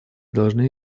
должны